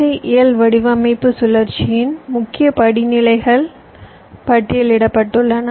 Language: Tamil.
ஐ இயல் வடிவமைப்பு சுழற்சியின் முக்கிய படிநிலைகள் பட்டியலிடப்பட்டுள்ளன